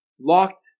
locked